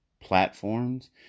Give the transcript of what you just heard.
platforms